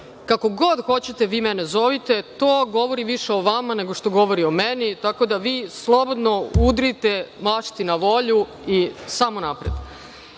Kako god hoćete me zovite, to govori više o vama, nego što govori o meni. Tako da slobodno udrite mašti na volju i samo napred. Važnije